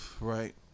Right